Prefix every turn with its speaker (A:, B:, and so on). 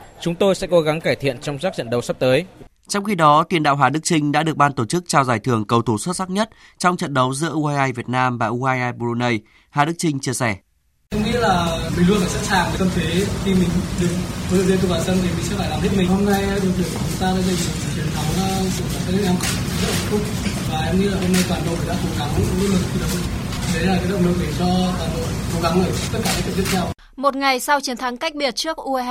A: Chúng tôi sẽ cố gắng cải thiện trong các trận đấu sắp tới.
B: Trong khi đó, tiền đạo Hà Đức Chinh đã được ban tổ chức trao giải thưởng cầu thủ xuất sắc nhất trong trận đấu giữa U22 Việt Nam và U22 Brunei. Hà Đức Chinh chia sẻ.
C: Em nghĩ là mình luôn phải sẵn sàng với tâm thế khi mình được đội viên tự vào sân thì mình sẽ phải làm hết mình. Hôm nay đội tuyển của chúng ta đã giành được một chiến thắng, uh, của các nước em cảm thấy rất hạnh phúc. Và em nghĩ là hôm nay toàn đội đã cố gắng, cũng rất là nỗ lực thi đấu. Đấy là cái động lực để cho toàn đội cố gắng ở tất cả các trận tiếp theo.
D: Một ngày sau chiến thắng cách biệt trước U22